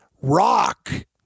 rock